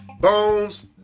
Bones